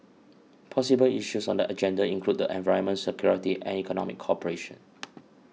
possible issues on the agenda include the environment security and economic cooperation